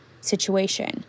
situation